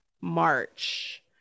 March